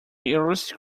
earliest